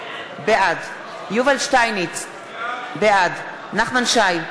בעד יובל שטייניץ, בעד נחמן שי,